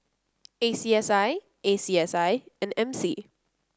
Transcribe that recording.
A C S I A C S I and M C